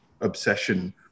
obsession